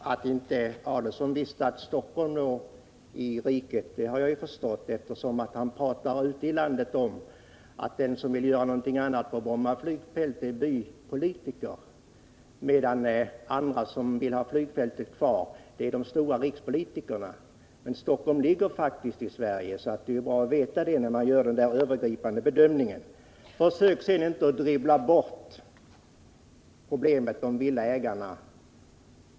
Herr talman! Att Ulf Adelsohn inte visste att Stockholm låg i riket har jag förstått, eftersom han i sina tal ute i landet säger att de som vill göra någonting annat på Brommafältet är bypolitiker, medan de som vill ha flygfältet kvar är de stora rikspolitikerna. Men Stockholm ligger faktiskt i Sverige. Det är bra att veta det när man skall göra den övergripande bedömningen. Försök sedan inte att dribbla bort villaägarnas problem!